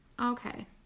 Okay